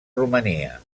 romania